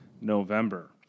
November